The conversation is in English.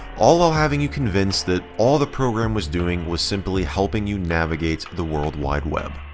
all while having you convinced that all the program was doing was simply helping you navigate the world wide web.